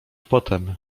potem